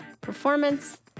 Performance